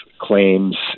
claims